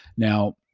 now,